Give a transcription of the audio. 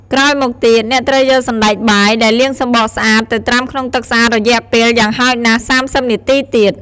ក្រោយមកទៀត អ្នកត្រូវយកសណ្ដែកបាយ ដែលលាងសំបកស្អាត ទៅត្រាំក្នុងទឹកស្អាតរយៈពេលយ៉ាងហោចណាស់ ៣០ នាទីទៀត។